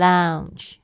Lounge